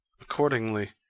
Accordingly